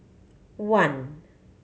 one